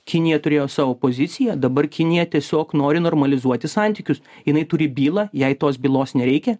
kinija turėjo savo poziciją dabar kinija tiesiog nori normalizuoti santykius jinai turi bylą jai tos bylos nereikia